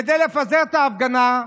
כדי לפזר את ההפגנה,